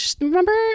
remember